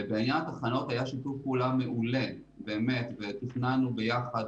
בעניין התחנות היה שיתוף פעולה מעולה ותכננו ביחד